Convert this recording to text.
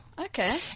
Okay